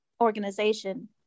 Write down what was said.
organization